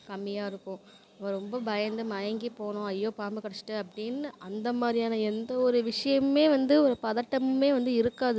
கம்மியாக இருக்கும் நம்ப ரொம்ப பயந்து மயங்கி போனோம் ஐயோ பாம்பு கடிச்சுட்டு அப்படின்னு அந்தமாதிரியான எந்த ஒரு விஷயமுமே வந்து ஒரு பதட்டமும் வந்து இருக்காது